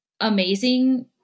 amazing